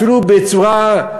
אפילו בצורה,